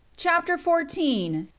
chapter fourteen.